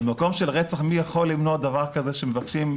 במקום של רצח מי יכול למנוע דבר כזה שמבקשים,